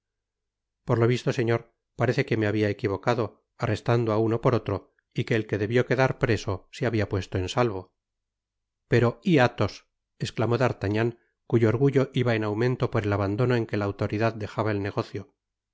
por lo visto señor parece que me habia equivocado arrestando á uno por otro y que el que debió quedar preso se habia puesto en salvo pero y athos esclamó d'artagnan cuyo orgullo iba en aumento por el abandono en que la autoridad dejaba el negocio